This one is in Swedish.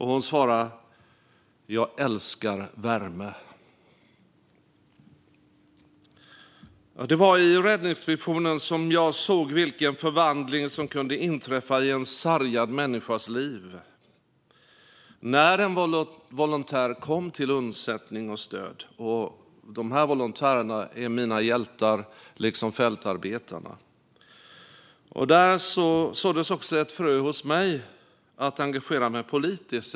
Hon svarade: Jag älskar värme! Det var i Räddningsmissionen som jag såg vilken förvandling som kunde inträffa i en sargad människas liv när en volontär kom till undsättning och stöd. De här volontärerna är mina hjältar, liksom fältarbetarna. Där såddes också ett frö hos mig till att engagera mig politiskt.